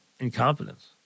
incompetence